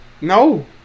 No